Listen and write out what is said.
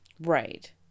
Right